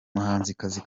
muhanzikazi